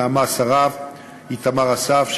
נעמה אסרף ואיתמר אסף,